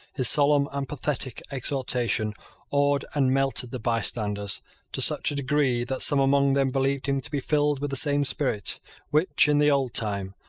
his solemn and pathetic exhortation awed and melted the bystanders to such a degree that some among them believed him to be filled with the same spirit which, in the old time,